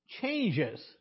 changes